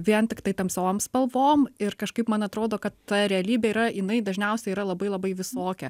vien tiktai tamsiom spalvom ir kažkaip man atrodo kad ta realybė yra jinai dažniausiai yra labai labai visokia